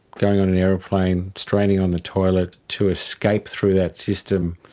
going on an aeroplane, straining on the toilet to escape through that system.